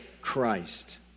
Christ